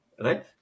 right